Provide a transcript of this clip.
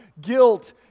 guilt